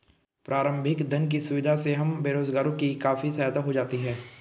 प्रारंभिक धन की सुविधा से हम बेरोजगारों की काफी सहायता हो जाती है